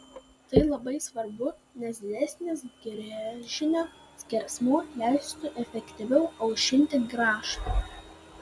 tai labai svarbu nes didesnis gręžinio skersmuo leistų efektyviau aušinti grąžtą